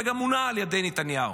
וגם מונה על ידי נתניהו?